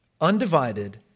undivided